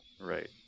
Right